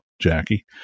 Jackie